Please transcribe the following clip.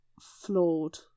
flawed